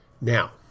Now